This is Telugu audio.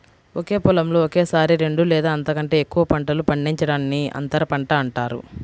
ఒకే పొలంలో ఒకేసారి రెండు లేదా అంతకంటే ఎక్కువ పంటలు పండించడాన్ని అంతర పంట అంటారు